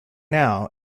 now